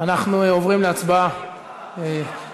אנחנו עוברים להצבעה על